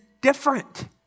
different